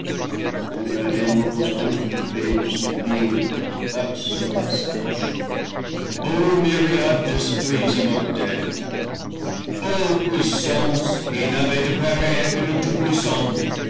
enfin des mots entrecoupés de soupirs forcent le passage o myriades d'esprits immortels ô puissances qui n'avez de pareils